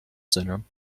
syndrome